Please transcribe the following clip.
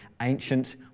ancient